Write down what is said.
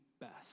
best